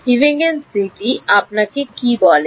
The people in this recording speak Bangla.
হিউজেনস নীতি আপনাকে কী বলে